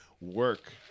work